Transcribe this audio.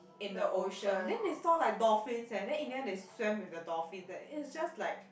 in the ocean then they saw like dolphins eh then in the end they swam with the dolphin eh it's just like